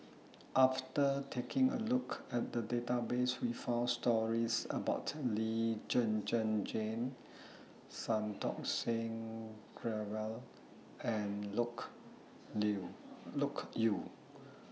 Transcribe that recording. after taking A Look At The Database We found stories about Lee Zhen Zhen Jane Santokh Singh Grewal and Loke Yew